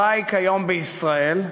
חי כיום בישראל,